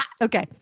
okay